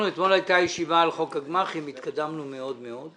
אתמול הייתה ישיבה על חוק הגמ"חים והתקדמנו מאוד מאוד.